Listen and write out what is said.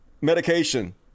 medication